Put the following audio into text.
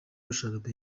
washakaga